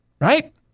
right